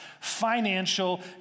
financial